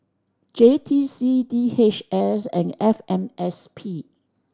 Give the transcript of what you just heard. J T C D H S and F M S P